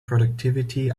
productivity